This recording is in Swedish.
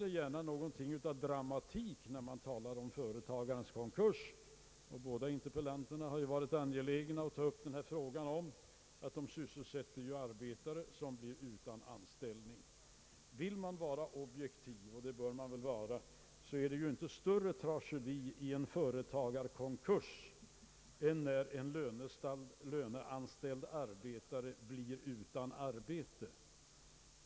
Det ligger någonting av dramatik i företagarkonkurser, åtminstone när man talar om dem. Båda interpellanterna har varit angelägna om att tala om att arbetare blir utan anställning genom dessa konkurser. Skall man vara objektiv — och det bör man vara är det inte större tragedi i en företagarkonkurs än när en löneanställd arbetare blir friställd.